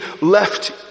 left